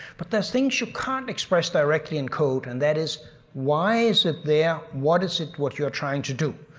but there's things you can't express directly in code and that is why is it there, what is it what you are trying to do,